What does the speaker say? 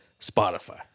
Spotify